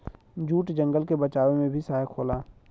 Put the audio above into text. jute जंगल के बचावे में भी सहायक होला